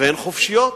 והן חופשיות,